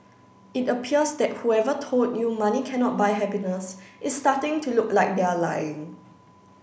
it appears that whoever told you money cannot buy happiness is starting to look like they are lying